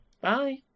Bye